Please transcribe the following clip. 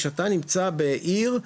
כשאתה נמצא בעיר,